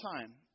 time